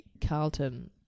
Carlton